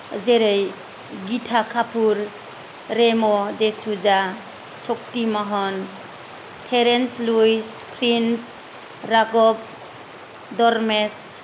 जेरौ गीता कापुर रेम' डेसुजा शक्ति महन थेरेन्स लुविस प्रिन्स राघब दर्मेश